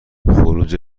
خروج